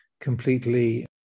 completely